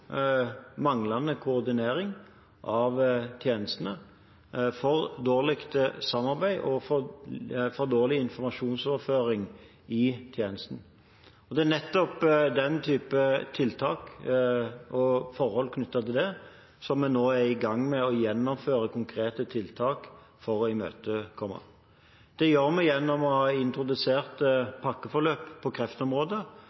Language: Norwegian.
manglende koordinering av tjenestene, for dårlig samarbeid og for dårlig informasjonsoverføring i tjenesten. Vi er nå i gang med å gjennomføre den type konkrete tiltak for å møte disse utfordringene. Det gjør vi gjennom å introdusere et pakkeforløp på kreftområdet,